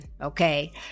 okay